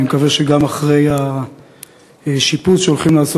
אני מקווה שגם אחרי השיפוץ שהולכים לעשות